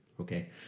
okay